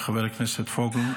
חבר הכנסת פוגל,